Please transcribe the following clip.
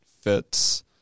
fits